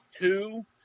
two